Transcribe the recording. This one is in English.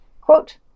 Quote